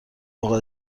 اقا